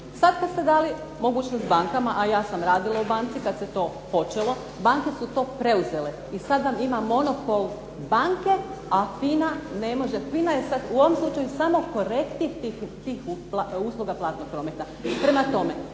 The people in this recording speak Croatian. Sada kada ste dali mogućnost bankama, a ja sam radila u banci kada je to počelo, banke su to preuzele, i sada ima monopol banke, FINA je u ovom slučaju samo … usluga platnog prometa. Prema tome,